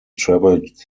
traveled